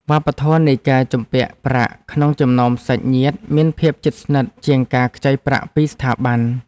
វប្បធម៌នៃការជំពាក់ប្រាក់ក្នុងចំណោមសាច់ញាតិមានភាពជិតស្និទ្ធជាងការខ្ចីប្រាក់ពីស្ថាប័ន។